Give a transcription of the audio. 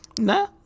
Nah